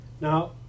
Now